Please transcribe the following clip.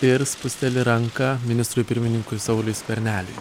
ir spusteli ranką ministrui pirmininkui sauliui skverneliui